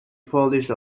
police